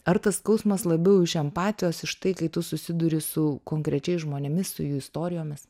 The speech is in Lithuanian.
ar tas skausmas labiau iš empatijos iš tai kai tu susiduri su konkrečiais žmonėmis su jų istorijomis